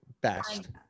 best